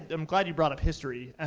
i'm glad you brought up history. and